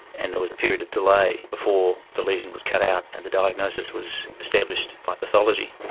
and there was a period of delay before the lesion was cut out and the diagnosis was established by pathology.